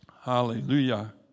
Hallelujah